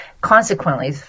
consequently